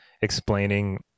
explaining